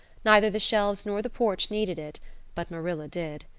neither the shelves nor the porch needed it but marilla did.